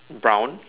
brown